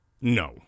No